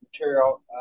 Material